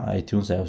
iTunes